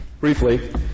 Briefly